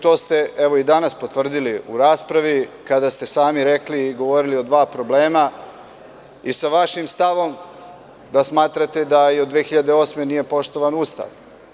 To ste i danas potvrdili u raspravi kada ste sami govorili o dva problema i sa vašim stavom da smatrate da i od 2008. godine nije poštovan Ustav.